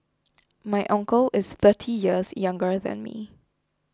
my uncle is thirty years younger than me